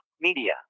Media